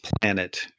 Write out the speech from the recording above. planet